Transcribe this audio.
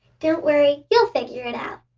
don't worry, you'll figure it out.